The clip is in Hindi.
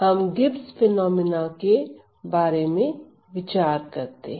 हम गिब्स फिनोमिना के बारे में विचार करते हैं